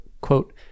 quote